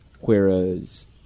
Whereas